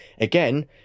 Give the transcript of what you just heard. again